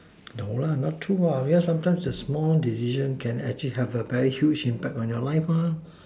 no lah not true lah because sometimes the small decision can actually have a very huge impact on your life mah